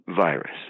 virus